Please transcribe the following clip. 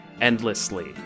endlessly